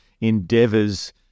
endeavors